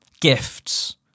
gifts